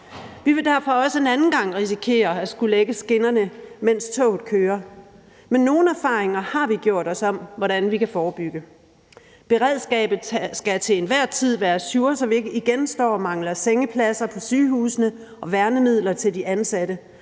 Vi vil derfor også en anden gang risikerer at skulle lægge skinnerne, mens toget kører. Men nogle erfaringer har vi gjort os om, hvordan vi kan forebygge. Beredskabet skal til enhver tid være ajour, så vi ikke igen står og mangler sengepladser på sygehusene og værnemidler til de ansatte,